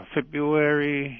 February